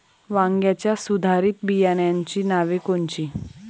वांग्याच्या सुधारित बियाणांची नावे कोनची?